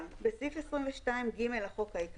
"תיקון סעיף 22ג 4. בסעיף 22ג לחוק העיקרי,